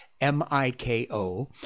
M-I-K-O